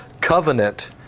covenant